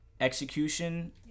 execution